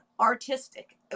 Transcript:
artistic